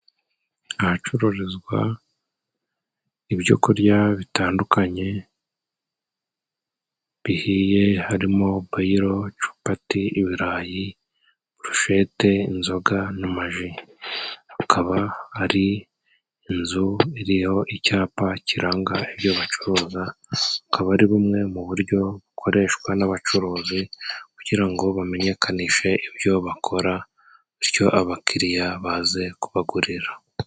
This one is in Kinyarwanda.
Ahacuruzwa ibyo kurya bitandukanye bihiye harimo boyiro, capati, ibirayi boroshete, inzoga n'amaji. Akaba ari inzu iriho icyapa kiranga ibyo bacuruza ukaba ari bumwe mu buryo bukoreshwa n'abacuruzi kugira ngo bamenyekanishe ibyo bakora bityo abakiriya baze kubagurira.